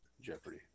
Jeopardy